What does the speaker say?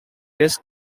test